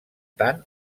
tant